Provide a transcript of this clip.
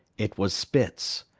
it was spitz.